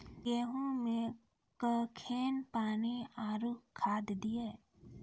गेहूँ मे कखेन पानी आरु खाद दिये?